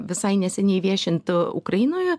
visai neseniai viešint ukrainoje